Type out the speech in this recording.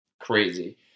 Crazy